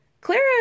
Clara